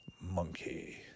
Monkey